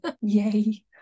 Yay